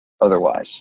otherwise